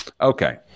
Okay